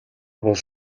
бол